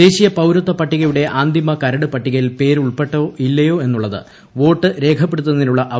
ദേശീയ പൌരത്വ പട്ടികയുടെ അന്തിമ കരട്പട്ടികയിൽ പേരുൾപ്പെട്ടോ ഇല്ലയോ എന്നുള്ളത് വോട്ട് രേഖപ്പെടുത്തുന്നതിനുള്ള ചു